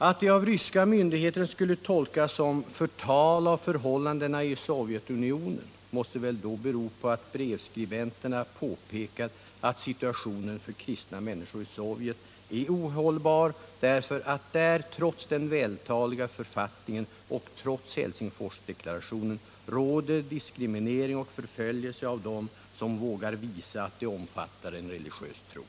Att det av ryska myndigheter skulle tolkas som förtal av förhållandena i Sovjetunionen måste bero på att brevskribenterna påpekat att situationen för kristna människor i Sovjet är ohållbar därför att där, trots den vältaliga författningen och trots Helsingforsdeklarationen, råder diskriminering och förföljelse av dem som vågar visa att de omfattar en religiös tro.